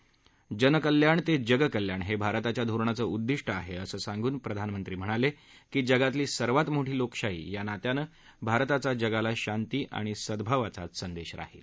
जनकल्याण ते जगकल्याण हे भारताच्या धोरणांचं उद्दिष्ट आहे असं सांगून प्रधानमंत्री म्हणाले की जगातली सर्वात मोठी लोकशाही या नात्याने भारताचा जगाला शांती आणि सद्गावाचाच संदेश राहील